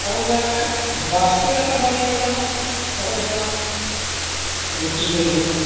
ᱟᱵᱚ ᱧᱮᱞ ᱢᱮ ᱵᱟᱥᱠᱮ ᱫᱟᱠᱟ ᱵᱟᱝ ᱡᱚᱢᱟ ᱵᱟᱵᱚᱱ ᱡᱚᱢᱟ ᱨᱩᱴᱤ ᱡᱚᱢ ᱦᱩᱭᱩᱜᱼᱟ